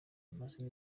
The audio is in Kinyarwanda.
ameze